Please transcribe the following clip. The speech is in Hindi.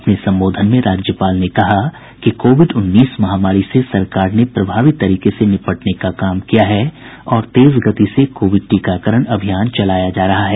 अपने संबोधन में राज्यपाल ने कहा कि कोविड उन्नीस महामारी से सरकार ने प्रभावी तरीके से निपटने का काम किया है और तेज गति से कोविड टीकाकरण अभियान चलाया जा रहा है